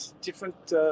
different